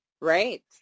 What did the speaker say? Right